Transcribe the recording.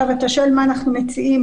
אתה שואל מה אנחנו מציעים?